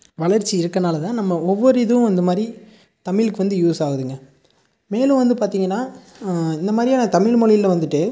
வளர்ச்சி இருக்கறனால தான் நம்ம ஒவ்வொரு இதுவும் இந்த மாதிரி தமிழுக்கு வந்து யூஸ்சாகுதுங்க மேலும் வந்து பார்த்தீங்கன்னா இந்த மாதிரியான தமிழ் மொழியில் வந்துட்டு